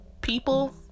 People